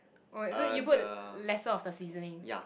oh is it you put lesser of the seasoning